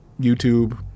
YouTube